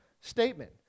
statement